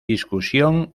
discusión